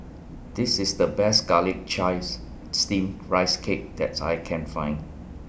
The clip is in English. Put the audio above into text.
This IS The Best Garlic Chives Steamed Rice Cake that's I Can Find